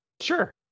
Sure